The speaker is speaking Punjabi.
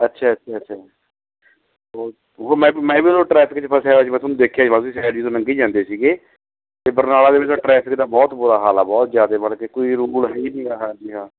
ਅੱਛਾ ਅੱਛਾ ਅੱਛਾ ਉਹ ਉਹ ਮੈਂ ਵੀ ਮੈਂ ਵੀ ਉਹ ਟ੍ਰੈਫਿਕ 'ਚ ਫਸਿਆ ਹੋਇਆ ਸੀ ਮੈਂ ਤੁਹਾਨੂੰ ਦੇਖਿਆ ਸੀ ਲੰਘੀ ਜਾਂਦੇ ਸੀਗੇ ਅਤੇ ਬਰਨਾਲਾ ਦੇ ਵਿੱਚ ਟਰੈਫਿਕ ਦਾ ਬਹੁਤ ਬੁਰਾ ਹਾਲ ਆ ਬਹੁਤ ਜ਼ਿਆਦਾ ਮਾੜਾ ਜੇ ਕੋਈ ਹਾਂਜੀ ਹਾਂ